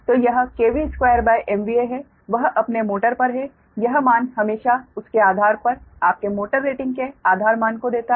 तो यह 2MVA है वह अपने मोटर पर है यह मान हमेशा उसके आधार पर आपके मोटर रेटिंग के आधार मान को देता है